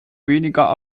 weniger